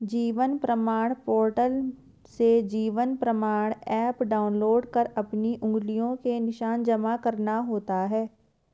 जीवन प्रमाण पोर्टल से जीवन प्रमाण एप डाउनलोड कर अपनी उंगलियों के निशान जमा करना होता है